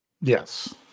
yes